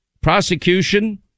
Prosecution